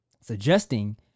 suggesting